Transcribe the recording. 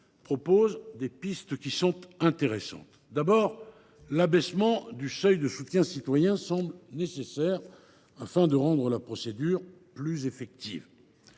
trace des pistes intéressantes. Tout d’abord, l’abaissement du seuil de soutiens citoyens semble nécessaire, afin de rendre la procédure plus effective.